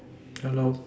hello